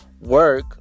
work